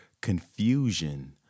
confusion